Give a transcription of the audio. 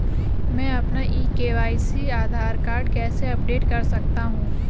मैं अपना e KYC Aadhaar card कैसे अपडेट कर सकता हूँ?